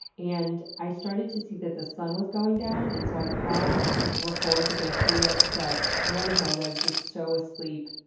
and i started to see that the sun was going down, and so i paused record to go see it, but one of my legs was so asleep.